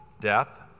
death